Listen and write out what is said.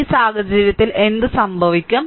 ഈ സാഹചര്യത്തിൽ എന്ത് സംഭവിക്കും